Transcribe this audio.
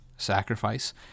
sacrifice